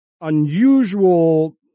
unusual